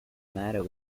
matter